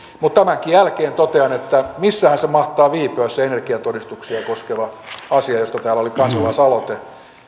mutta tämänkin jälkeen totean että missähän mahtaa viipyä se energiatodistuksia koskeva asia josta täällä oli kansalaisaloite